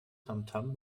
tamtam